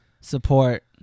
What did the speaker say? Support